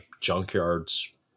junkyard's